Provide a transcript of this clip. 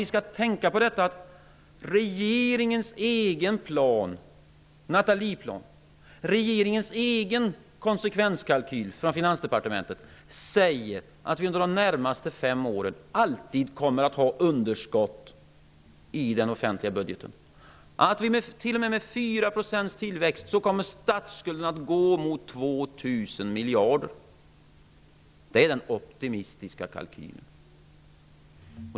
Vi skall tänka på detta att regeringens egen plan, Nathalieplanen, regeringens egen konsekvenskalkyl från Finansdepartementet, säger att vi under de närmaste fem åren alltid kommer att ha underskott i den offentliga budgeten. T.o.m. om det blir 4 % tillväxt kommer statsskulden att gå mot 2 000 miljarder. Det är den optimistiska kalkylen!